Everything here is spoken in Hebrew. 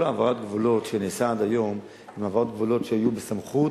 כל העברת הגבולות שנעשתה עד היום היא העברת גבולות שבסמכות